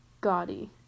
gaudy